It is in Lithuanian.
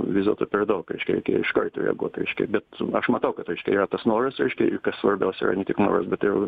vis dėlto per daug reiškia iškart reaguot reiškia bet aš matau kad reiškia yra tas noras reiškia kas svarbiausia yra ne tik noras bet jau